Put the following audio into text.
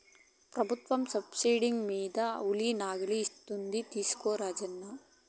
ప్రభుత్వం సబ్సిడీ మీద ఉలి నాగళ్ళు ఇస్తోంది తీసుకో రాజన్న